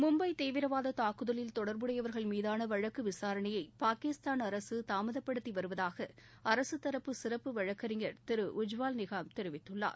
மும்பை தீவிரவாத தாக்குதலில் தொடர்புடையவர்கள் மீதான வழக்கு விசாரணையை பாகிஸ்தான் அரசு தாமதப்படுத்தி வருவதாக அரசுதரப்பு சிறப்பு வழக்கறிஞர் திரு உஜ்வால் நிகாம் தெரிவித்துள்ளார்